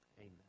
Amen